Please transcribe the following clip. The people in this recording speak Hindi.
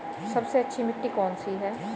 सबसे अच्छी मिट्टी कौन सी है?